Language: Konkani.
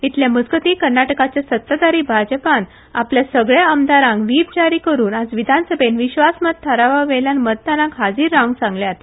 इतले मजगती कर्नाटकाच्या सत्ताधारी भाजपान आपल्या सगल्या आमदारांक व्हीप जारी करुन आज विधानसभेत विश्वासमत थारावावेल्या मतदानाक हाजीर रावंक सांगल्यात